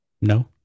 No